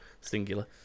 singular